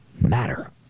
matter